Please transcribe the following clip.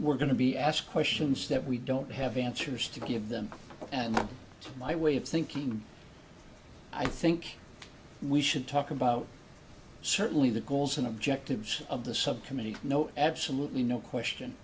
we're going to be asked questions that we don't have answers to give them and my way of thinking i think we should talk about certainly the goals and objectives of the subcommittee no absolutely no question